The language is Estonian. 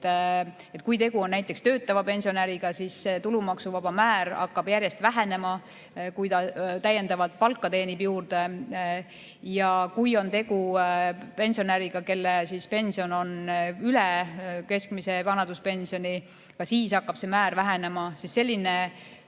kui tegu on töötava pensionäriga, siis see tulumaksuvaba määr hakkab järjest vähenema, kui ta täiendavalt palka juurde teenib. Ja kui on tegu pensionäriga, kelle pension on üle keskmise vanaduspensioni, ka siis hakkab see määr vähenema. Selline